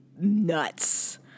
nuts